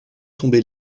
tomber